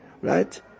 right